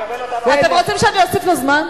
אתה מקבל אותם, אתם רוצים שאני אוסיף לו זמן?